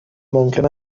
ممکن